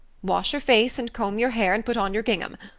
wash your face and comb your hair and put on your gingham.